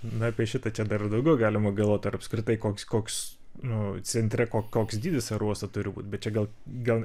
na apie šitą čia dar ir daugiau galima galvot ar apskritai koks koks nu centre ko koks dydis aerouosto turi būt bet čia gal gal